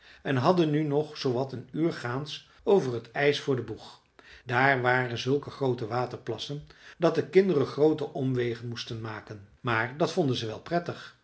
en hadden nu nog zoowat een uur gaans over het ijs voor den boeg daar waren zulke groote waterplassen dat de kinderen groote omwegen moesten maken maar dat vonden ze wel prettig